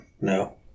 No